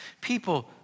People